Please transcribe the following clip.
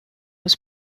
was